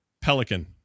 pelican